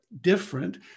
different